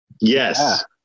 Yes